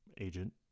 agent